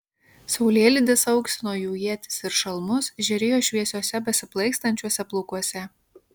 saulėlydis auksino jų ietis ir šalmus žėrėjo šviesiuose besiplaikstančiuose plaukuose